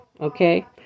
Okay